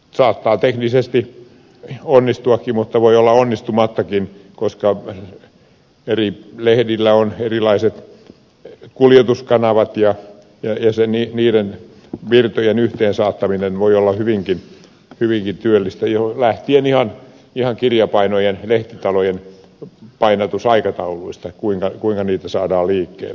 saattaa teknisesti onnistuakin mutta voi olla onnistumattakin koska eri lehdillä on erilaiset kuljetuskanavat ja niiden virtojen yhteensaattaminen voi olla hyvinkin työlästä lähtien ihan kirjapainojen ja lehtitalojen painatusaikatauluista kuinka lehtiä saadaan liikkeelle